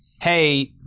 hey